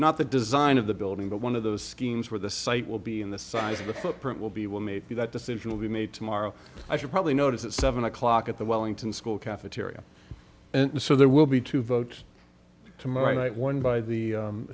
not the design of the building but one of those schemes where the site will be in the size of the footprint will be well made that decision will be made tomorrow i should probably notice at seven o'clock at the wellington school cafeteria and so there will be to vote tomorrow night one by the